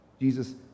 Jesus